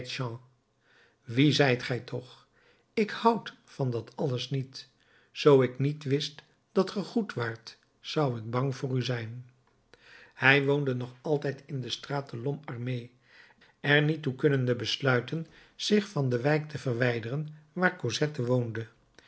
wie zijt gij toch ik houd van dat alles niet zoo ik niet wist dat ge goed waart zou ik bang voor u zijn hij woonde nog altijd in de straat de lhomme armé er niet toe kunnende besluiten zich van de wijk te verwijderen waar cosette woonde